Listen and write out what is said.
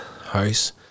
house